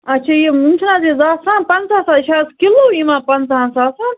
اَچھا یہِ وۅنۍ چھِنہٕ حظ یہِ زعفران پَنٛژاہ ساس یہِ چھا حظ کِلوٗ یِوان پَنٛژاہَن ساسَن